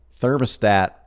thermostat